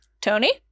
Tony